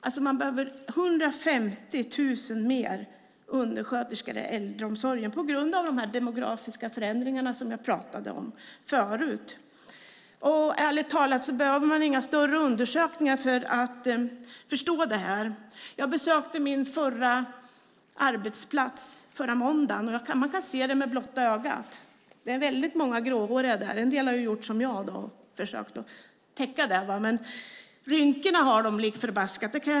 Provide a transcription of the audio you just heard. Det behövs 150 000 fler undersköterskor i äldreomsorgen på grund av de demografiska förändringarna som jag pratade om tidigare. Ärligt talat behövs inga större undersökningar för att förstå detta. Jag besökte min gamla arbetsplats förra måndagen. Det syns med blotta ögat. Det finns många gråhåriga där. En del har gjort som jag och försökt att täcka det gråa, men rynkorna har de lik förbaskat!